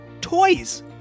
toys